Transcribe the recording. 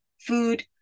food